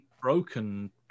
broken